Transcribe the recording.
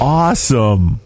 awesome